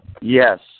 Yes